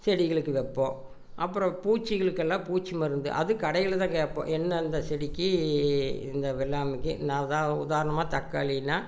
செடிகளுக்கு வைப்போம் அப்புறோம் பூச்சிங்களுக்கெல்லாம் பூச்சி மருந்து அது கடையில் தான் கேட்போம் என்ன அந்த செடிக்கு இந்த வெள்ளாமைக்கு உதாரணமாக தக்காளின்னால்